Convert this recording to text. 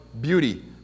beauty